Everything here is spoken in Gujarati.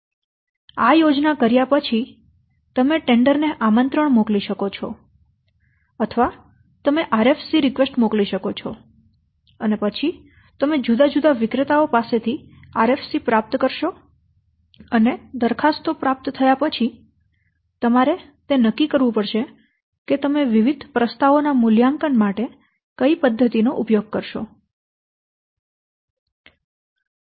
પછી આ યોજના કર્યા પછી તમે ટેન્ડર ને આમંત્રણ મોકલી શકો છો અથવા તમે RFC રીક્વેસ્ટ મોકલી શકો છો અને પછી તમે જુદા જુદા વિક્રેતાઓ પાસેથી RFC પ્રાપ્ત કરશો અને દરખાસ્તો પ્રાપ્ત થયા પછી તમારે તે નક્કી કરવું પડશે કે તમે વિવિધ પ્રસ્તાવો ના મૂલ્યાંકન માટે કયા પદ્ધતિનો ઉપયોગ કરશો